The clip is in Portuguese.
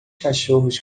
cachorros